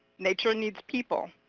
nature needs people.